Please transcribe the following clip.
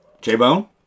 j-bone